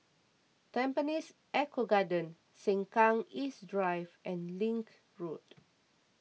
Tampines Eco Garden Sengkang East Drive and Link Road